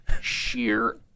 sheer